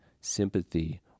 sympathy